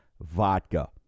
vodka